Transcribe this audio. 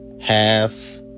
half